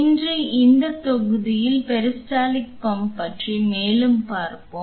இன்று இந்த தொகுதியில் பெரிஸ்டால்டிக் பம்ப் பற்றி மேலும் பார்ப்போம்